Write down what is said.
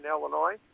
Illinois